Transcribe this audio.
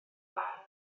farn